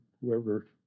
whoever